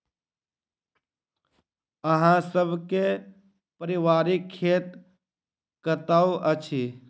अहाँ सब के पारिवारिक खेत कतौ अछि?